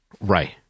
Right